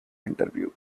interview